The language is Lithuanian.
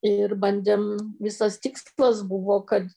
ir bandėm visas tikslas buvo kad